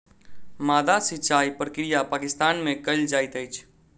माद्दा सिचाई प्रक्रिया पाकिस्तान में कयल जाइत अछि